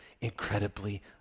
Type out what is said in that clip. incredibly